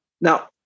Now